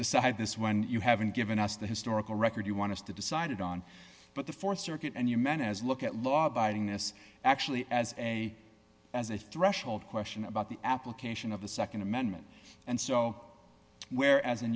decide this when you haven't given us the historical record you want us to decided on but the th circuit and you men as look at law abiding this actually as a as a threshold question about the application of the nd amendment and so where as